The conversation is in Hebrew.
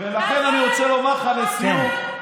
ולכן אני רוצה לומר לך לסיום, כן.